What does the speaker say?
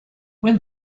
when